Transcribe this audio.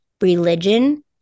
religion